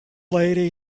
lady